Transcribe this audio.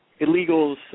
illegals